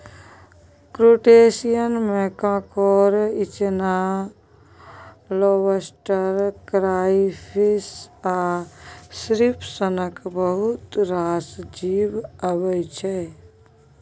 क्रुटोशियनमे कांकोर, इचना, lobster, crayfish आ श्रिंप सनक बहुत रास जीब अबै छै